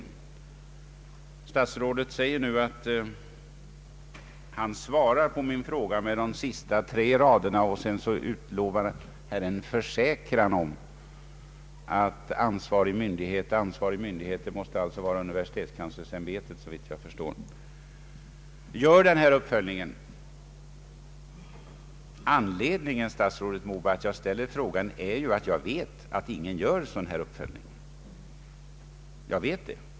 Herr statsrådet säger att han svarar på min fråga med de tre sista raderna, och så utlovar han en försäkran om att ”ansvarig myndighet” — det måste såvitt jag förstår vara universitetskanslersämbetet — gör denna uppföljning. Anledningen till att jag ställer frågan, herr statsrådet, är att jag vet att ingen gör en sådan här uppföljning.